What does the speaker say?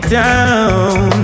down